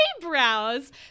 eyebrows